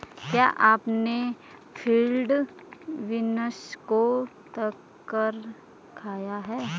क्या आपने field beans को तलकर खाया है?